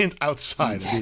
outside